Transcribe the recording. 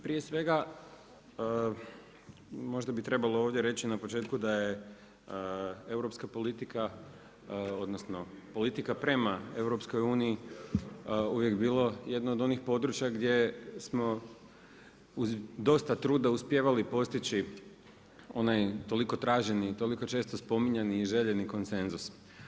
Prije svega, možda bi trebalo ovdje reći na početku, da je europska politika, odnosno, politika prema EU, uvijek bilo jedno od onih područja gdje smo uz dosta truda uspijevali postići, onaj toliko traženi i toliko često spominjani i željeni koncensus.